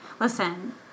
listen